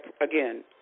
again